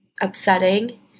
upsetting